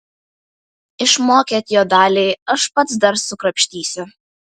išmokėt jo daliai aš pats dar sukrapštysiu